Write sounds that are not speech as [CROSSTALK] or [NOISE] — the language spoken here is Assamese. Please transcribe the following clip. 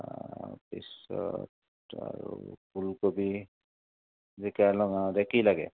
তাৰপিছত আৰু ফুল কবি জিকা [UNINTELLIGIBLE] লাগে